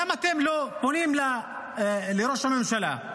למה אתם לא פונים לראש הממשלה?